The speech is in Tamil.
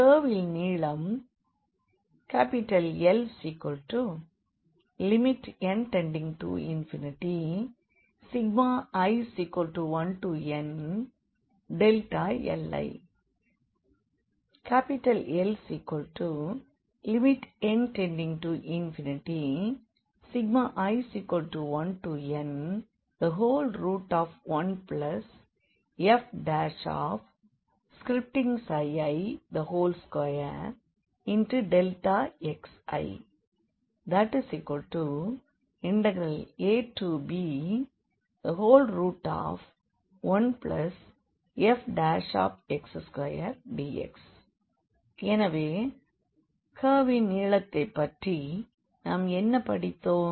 கர்வின் நீளம் Ln→∞i1nli Ln→∞i1n1fi2xi ab1fx2dx எனவே கர்வின் நீளத்தைப் பற்றி நாம் என்ன படித்தோம்